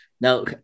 Now